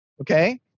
okay